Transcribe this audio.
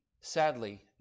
sadly